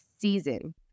season